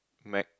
Mac